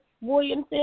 Williamson